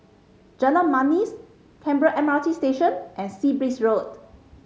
Jalan Manis Canberra M R T Station and Sea Breeze Road